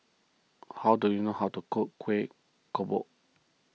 how do you know how to cook Kueh Kodok